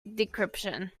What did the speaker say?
decryption